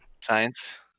Science